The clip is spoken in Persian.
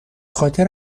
خاطر